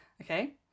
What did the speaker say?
okay